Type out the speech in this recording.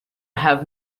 have